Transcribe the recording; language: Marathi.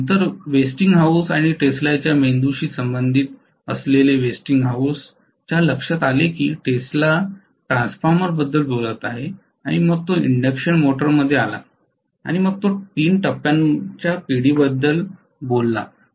आणि नंतर वेस्टिंगहाऊस आणि टेस्लाच्या मेंदूशी संबंधित वेस्टिंगहाऊस च्या लक्षात आले की टेस्ला ट्रान्सफॉर्मरबद्दल बोलत आहे आणि मग तो इन्डक्शन मोटरमध्ये आला आणि मग तो तीन टप्प्यांच्या पिढीबद्दल बोलला